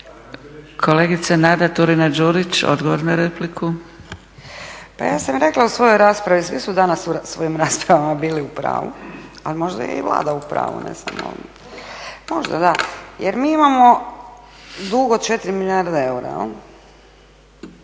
Kolegica Nada Turina-Đurić, odgovor na repliku. **Turina-Đurić, Nada (HNS)** Pa ja sam rekla u svojoj raspravi svi su danas u svojim raspravama bili u pravu, ali možda je i Vlada u pravu. Ne znam, možda da. Jer mi imamo dug od 4 milijarde eura, bez